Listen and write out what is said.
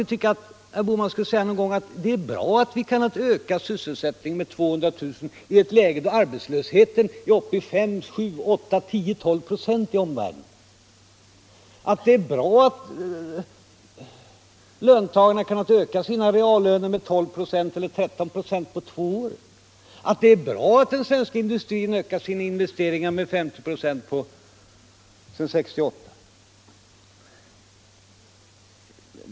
Man tycker att herr Bohman någon gång skulle säga att det är bra att vi kunnat öka sysselsättningen med 200 000 jobb i ett läge där arbetslösheten i omvärlden är uppe i 5,7,8, 10 och 12 "., att det är bra att löntagarna kunnat öka sina reallöner med 12 eller 13 ". på två år, att det är bra att den svenska industrin ökat sina investeringar med 50 ?6 sedan 1968.